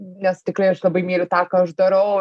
nes tikrai aš labai myliu tą ką aš darau